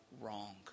wrong